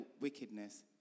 wickedness